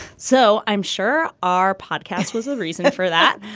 so i'm sure our podcast was the reason for that.